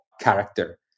character